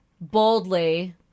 boldly